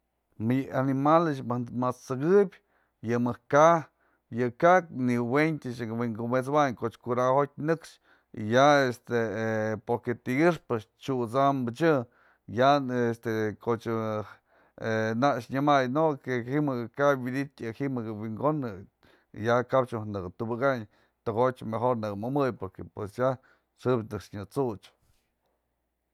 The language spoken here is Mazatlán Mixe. Mëdyë animal ma'as t'sëkëbyë yë mëjk ka'a, yë ka'a nëwëntyë kë wynkumet'sëwayn ku'u kura jotyë nëkxë, ya este porque ti'ikyaxpë t'syudsambëch yë, ya este ko'o ech nak nyamëy ji'im yë ka'a widytë ji'im yë wi'in ko'onë ya kap mëjk nëkë tubëkayn tëko'otyë mejor nëkë mëmëy porque ya xëbyë nëk nya t'such.